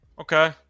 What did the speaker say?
Okay